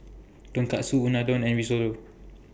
Tonkatsu Unadon and Risotto